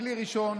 מכלי ראשון,